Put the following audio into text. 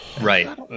Right